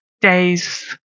days